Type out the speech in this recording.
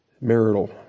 marital